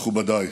מכובדיי.